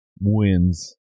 Wins